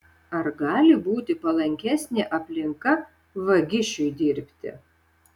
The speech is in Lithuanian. ar gali būti palankesnė aplinka vagišiui dirbti